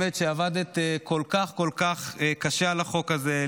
באמת עבדת כל כך כל כך קשה על החוק הזה,